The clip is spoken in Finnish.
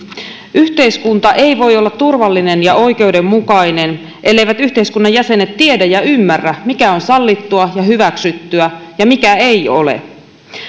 yhteiskunta ei voi olla turvallinen ja oikeudenmukainen elleivät yhteiskunnan jäsenet tiedä ja ymmärrä mikä on sallittua ja hyväksyttyä ja mikä ei ole